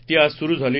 ती आज सुरू झाली